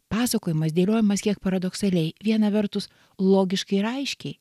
pasakojimas dėliojamas kiek paradoksaliai viena vertus logiškai raiškiai